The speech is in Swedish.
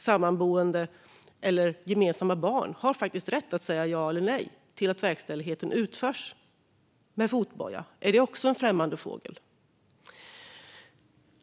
Sammanboende eller gemensamma barn har faktiskt rätt att säga ja eller nej till att verkställigheten utförs med fotboja. Är det också en främmande fågel?